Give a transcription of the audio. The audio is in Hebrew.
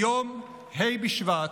היום, ה' בשבט,